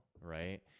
right